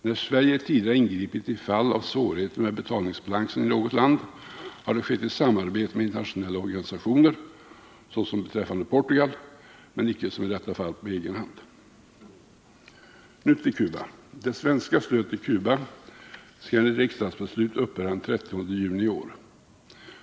När Sverige tidigare ingripit i fall av svårigheter med betalningsbalansen i något land har det skett i samarbete med internationella organisationer, såsom beträffande Portugal, men inte som i detta fall på egen hand. Nu till Cuba. Det svenska stödet till Cuba skall enligt riksdagsbeslut upphöra den 30 juni i år.